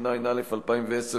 התשע"א 2010,